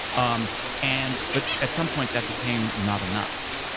um and but at some point that became not enough.